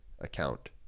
account